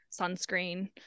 sunscreen